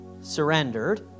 surrendered